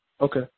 Okay